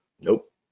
Nope